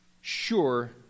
sure